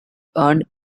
earned